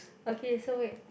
okay so wait